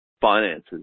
finances